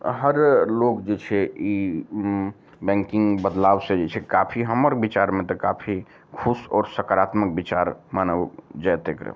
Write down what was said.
हर लोग जे छै ई बैंकिंग बदलाव से जे छै काफी हमर बिचारमे तऽ काफी खुश आओर सकारात्मक बिचार मानल जाएत एकरा